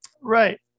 Right